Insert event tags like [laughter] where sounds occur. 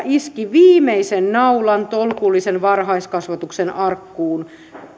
[unintelligible] iski viimeisen naulan tolkullisen varhaiskasvatuksen arkkuun